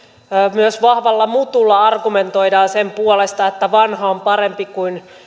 myös vahvalla mutulla argumentoidaan sen puolesta että vanha on parempi kuin uusi